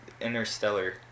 interstellar